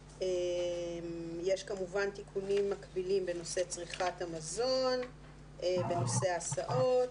יש כמובן תיקונים מקבילים בנושא צריכת המזון ובנושא ההסעות.